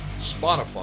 Spotify